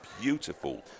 beautiful